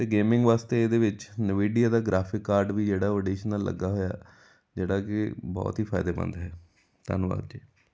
ਅਤੇ ਗੇਮਿੰਗ ਵਾਸਤੇ ਇਹਦੇ ਵਿੱਚ ਨਵੀਡੀਆ ਦਾ ਗ੍ਰਾਫਿਕ ਕਾਰਡ ਵੀ ਜਿਹੜਾ ਉਹ ਅਡੀਸ਼ਨਲ ਲੱਗਾ ਹੋਇਆ ਜਿਹੜਾ ਕਿ ਬਹੁਤ ਹੀ ਫਾਇਦੇਮੰਦ ਹੈ ਧੰਨਵਾਦ ਜੀ